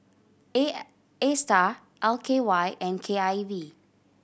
A I Astar L K Y and K I V